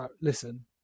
listen